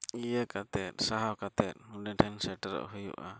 ᱤᱭᱟᱹ ᱠᱟᱛᱮᱫ ᱥᱟᱦᱟᱣ ᱠᱟᱛᱮᱫ ᱩᱱᱤ ᱴᱷᱮᱱ ᱥᱮᱴᱮᱨ ᱦᱩᱭᱩᱜᱼᱟ